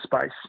space